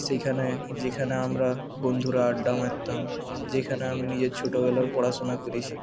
সেইখানে যেখানে আমরা বন্ধুরা আড্ডা মারতাম যেখানে আমি নিজের ছোটোবেলার পড়াশোনা করেছি